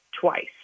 twice